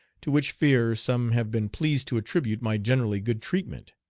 to which fear some have been pleased to attribute my generally good treatment.